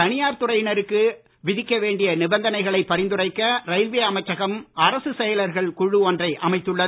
தனியார் துறையினருக்கு விதிக்க வேண்டிய நிபந்தனைகளை பரிந்துரைக்க ரயில்வே அமைச்சகம் அரசுச் செயலர்கள் குழு ஒன்றை அமைத்துள்ளது